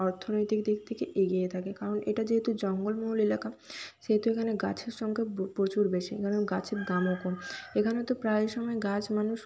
অর্থনৈতিক দিক থেকে এগিয়ে থাকে কারণ এটা যেহেতু জঙ্গলমহল এলাকা সেহেতু এখানে গাছের সংখ্যা প্রচুর বেশি কারণ গাছের দামও কম এখানে তো প্রায় সময় গাছ মানুষ